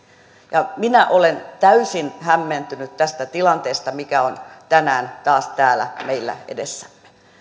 minä olen täysin hämmentynyt tästä tilanteesta mikä on tänään taas täällä meillä edessämme